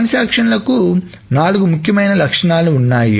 ట్రాన్సాక్షన్ల కు నాలుగు ముఖ్యమైన లక్షణాలు ఉన్నాయి